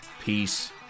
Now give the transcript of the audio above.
Peace